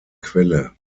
quelle